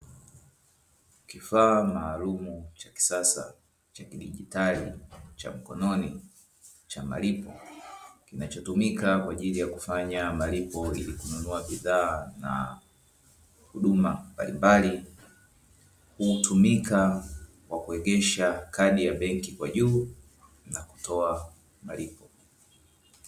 Kifaa maalumu cha kisasa cha kidigitali cha mkononi, cha malipo kinachotumika kwa ajili ya kufanya malipo ili kununua bidhaa na huduma mbalimbali, hutumika kwa kuegesha kadi ya benki kwa juu na kutoa malipo.